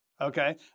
Okay